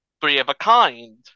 three-of-a-kind